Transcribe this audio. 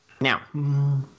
now